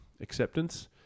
acceptance